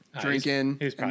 drinking